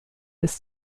ist